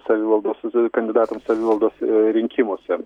savivaldos kandidatams savivaldos rinkimuose